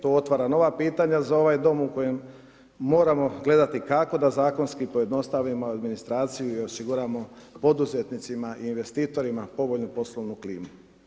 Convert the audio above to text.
To otvara nova pitanja za ovaj dom u kojem moramo gledati kako da zakonski pojednostavimo administraciju i osiguramo poduzetnicima i investitorima povoljnu poslovnu klimu.